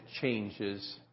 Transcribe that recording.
changes